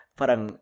parang